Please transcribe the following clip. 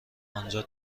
آنجا